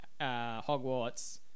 Hogwarts